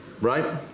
right